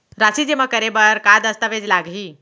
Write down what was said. राशि जेमा करे बर का दस्तावेज लागही?